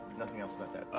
nothing else about that.